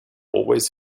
always